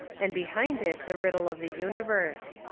and behind it the riddle of the universe.